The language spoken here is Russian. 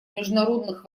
международных